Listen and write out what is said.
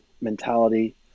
mentality